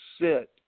sit